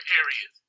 areas